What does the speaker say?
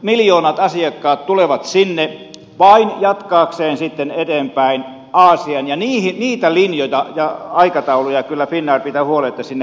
miljoonat asiakkaat tulevat sinne vain jatkaakseen sitten eteenpäin aasiaan ja niistä linjoista ja aikatauluista kyllä finnair pitää huolen että sinne päästään